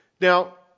now